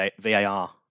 VAR